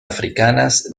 africanas